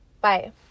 Bye